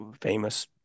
famous